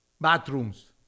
bathrooms